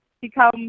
become